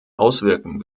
auswirken